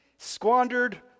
squandered